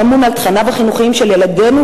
שאמון על התכנים החינוכיים של ילדינו,